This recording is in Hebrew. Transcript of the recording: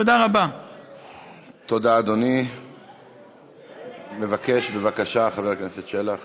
3. במפגשים בין בתי-הספר ובין התלמידים